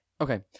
Okay